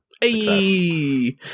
Hey